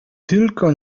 tylko